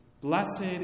blessed